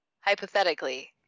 Hypothetically